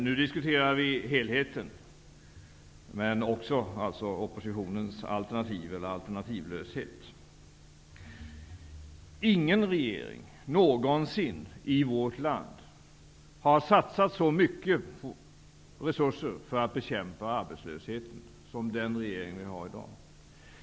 Nu diskuterar vi helheten, men också oppositionens alternativ eller alternativlöshet. Ingen tidigare regering har någonsin i vårt land satsat så mycket resurser för att bekämpa arbetslösheten som den regering som vi har i dag.